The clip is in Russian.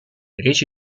речь